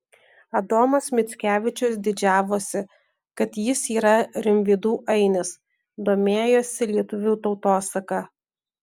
adomas mickevičius didžiavosi kad jis yra rimvydų ainis domėjosi lietuvių tautosaka